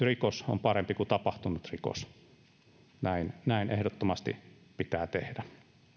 rikos on parempi kuin tapahtunut rikos näin näin ehdottomasti pitää tehdä